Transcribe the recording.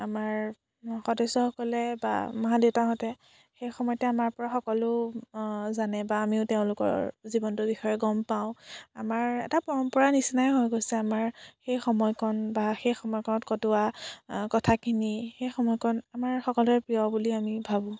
আমাৰ সদস্যসকলে বা মা দেউতাহঁতে সেই সময়তে আমাৰ পৰা সকলো জানে বা আমিও তেওঁলোকৰ জীৱনটোৰ বিষয়ে গম পাওঁ আমাৰ এটা পৰম্পৰা নিচিনাই হৈ গৈছে আমাৰ সেই সময়কণ বা সেই সময়কণত কটোৱা কথাখিনি সেই সময়কণ আমাৰ সকলোৰে প্ৰিয় বুলি আমি ভাবোঁ